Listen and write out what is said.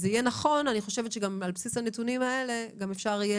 אני חושבת שגם על בסיס הנתונים האלה גם אפשר יהיה